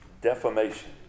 defamation